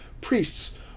priests